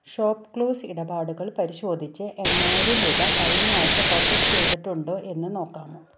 ShopClues ഇടപാടുകൾ പരിശോധിച്ച് എണ്ണായിരം രൂപ കഴിഞ്ഞ ആഴ്ച പ്രോസസ്സ് ചെയ്തിട്ടുണ്ടോ എന്ന് നോക്കാമോ